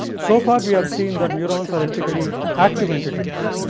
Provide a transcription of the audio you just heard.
so far, we have seen that neurons are electrically active entities,